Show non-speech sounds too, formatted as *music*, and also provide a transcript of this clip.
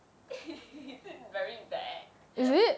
*laughs* very bad